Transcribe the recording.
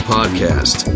Podcast